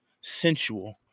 sensual